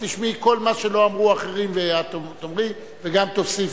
את תשמעי כל מה שלא אמרו האחרים ואת תאמרי וגם תוסיפי.